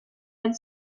had